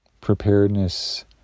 preparedness